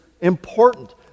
important